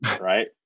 Right